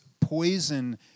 poison